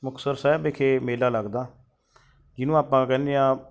ਮੁਕਤਸਰ ਸਾਹਿਬ ਵਿਖੇ ਮੇਲਾ ਲੱਗਦਾ ਜਿਹਨੂੰ ਆਪਾਂ ਕਹਿੰਦੇ ਹਾਂ